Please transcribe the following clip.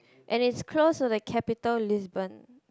and it's close to the capital Lisbon